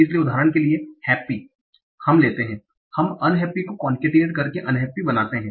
इसलिए उदाहरण के लिए हैप्पी हम un को concatenate करके अन्हेप्पी बनाते हैं